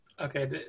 Okay